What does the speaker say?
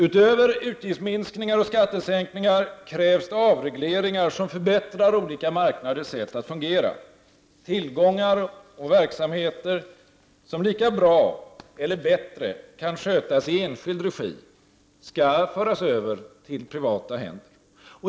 Utöver utgiftsminskningar och skattesänkningar krävs det avregleringar som förbättrar olika marknaders sätt att fungera. Tillgångar och verksamheter som lika bra eller bättre kan skötas i enskild regi skall föras över till privata händer.